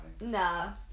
no